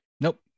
nope